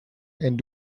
and